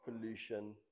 pollution